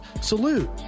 Salute